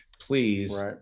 please